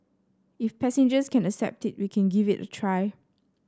if passengers can accept it we can give it a try